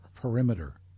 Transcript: perimeter